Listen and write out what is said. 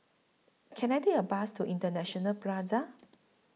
Can I Take A Bus to International Plaza